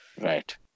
Right